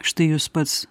štai jūs pats